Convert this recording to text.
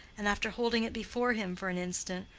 and after holding it before him for an instant,